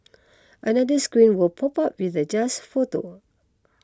another screen will pop up with the just photo